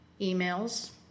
Emails